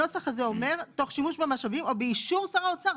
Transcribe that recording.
הנוסח הזה אומר "תוך שימוש במשאבים או באישור שר האוצר".